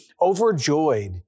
Overjoyed